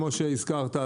כמו שהזכרת,